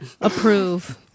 approve